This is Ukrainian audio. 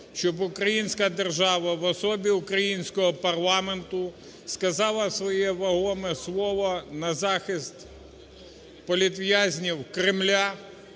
щоб українська держава в особі українського парламенту сказала своє вагоме слово на захист політв'язнів Кремля,